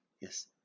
Yes